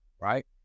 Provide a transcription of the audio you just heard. right